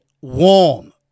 warm